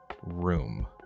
room